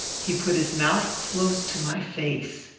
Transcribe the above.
he put his mouth close to my face.